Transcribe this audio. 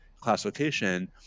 classification